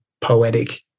poetic